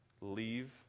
leave